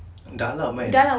dalam kan